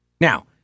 Now